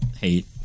hate